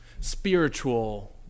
Spiritual